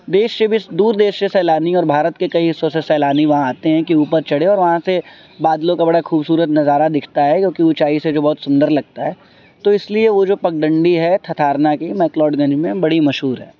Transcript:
دیش سے بھی دور دیش سے سیلانی اور بھارت کے کئی حصوں سے سیلانی وہاں آتے ہیں کہ اوپر چڑھے اور وہاں سے بادلوں کا بڑا خوبصورت نظارہ دکھتا ہے جوکہ اونچائی سے جو بہت سندر لگتا ہے تو اس لیے وہ جو پگڈنڈی ہے تھتارنا کی میکلاڈ گنج میں بڑی مشہور ہے